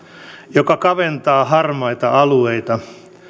joka kaventaa harmaita alueita